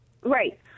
Right